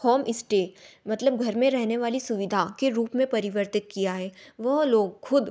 home stay मतलब घर में रहने वाली सुविधा के रूप में परिवर्तित किया है वह लोग ख़ुद